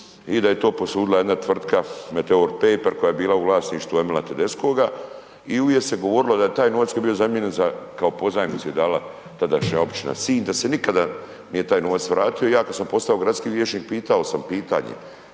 i da je to posudila jedna tvrtka Meteor Paper koja je bila u vlasništvu Emila Tedeschoga i uvijek se govorilo da je taj novac koji je bio zamijenjen za, kao pozajmicu je dala tadašnja općina Sinj, da se nikada nije taj novac vratio. I ja kada sam postao gradski vijećnik pitao sam pitanje